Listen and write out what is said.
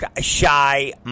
shy